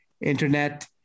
internet